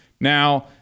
Now